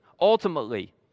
Ultimately